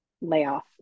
layoff